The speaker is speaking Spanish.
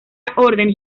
orden